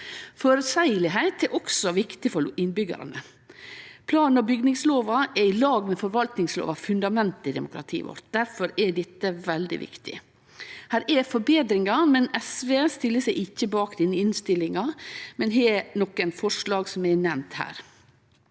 føreseieleg, er også viktig for innbyggjarane. Plan- og bygningslova er i lag med forvaltningslova fundament i demokratiet vårt. Difor er dette veldig viktig. Det er forbetringar, men SV stiller seg ikkje bak denne innstillinga. SV har nokre forslag som er nemnde her.